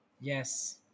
Yes